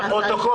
הממשלה,